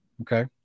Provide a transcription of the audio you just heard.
okay